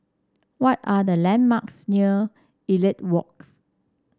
what are the landmarks near Elliot Walk